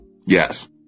Yes